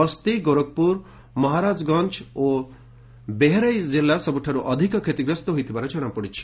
ବସ୍ତି ଗୋରଖପୁର ମହାରାଜଗଞ୍ଜ ଓ ବେହେରାଇଜ୍ ଜିଲ୍ଲା ସବୁଠାରୁ ଅଧିକ କ୍ଷତିଗ୍ରସ୍ତ ହୋଇଥିବା ଜଣାପଡ଼ିଛି